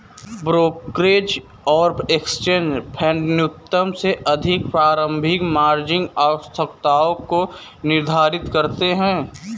brokerage और exchange फेडन्यूनतम से अधिक प्रारंभिक मार्जिन आवश्यकताओं को निर्धारित करते हैं